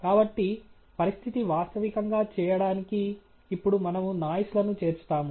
కాబట్టి పరిస్థితిని వాస్తవికంగా చేయడానికి ఇప్పుడు మనము నాయిస్ లను చేర్చుతాము